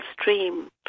stream